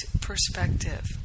perspective